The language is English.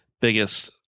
biggest